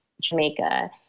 Jamaica